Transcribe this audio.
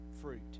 fruit